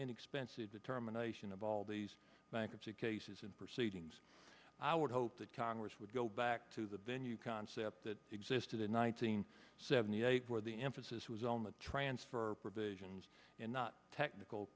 inexpensive determination of all these bankruptcy cases in proceedings i would hope that congress would go back to the ben you concept that existed in one thousand seventy eight where the emphasis was on the transfer provisions and not technical